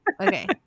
Okay